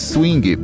Swing